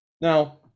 Now